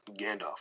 Gandalf